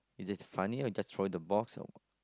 is it funny or just throwing the box or